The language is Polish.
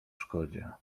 szkodzie